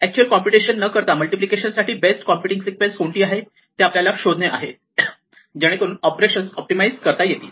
actual computation न करता multiplication साठी बेस्ट कॉम्प्युटिंग सिक्वेन्स कोणती आहे ते आपल्याला शोधने आहे जेणेकरून ऑपरेशन्स ऑप्टिमाइझ करता येतील